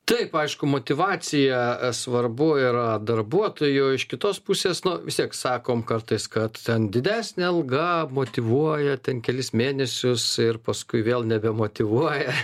taip aišku motyvacija svarbu yra darbuotojų iš kitos pusės nu vis tiek sakome kartais kad ten didesnė alga motyvuoja ten kelis mėnesius ir paskui vėl nebemotyvuoja